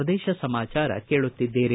ಪ್ರದೇಶ ಸಮಾಚಾರ ಕೇಳುತ್ತಿದ್ದೀರಿ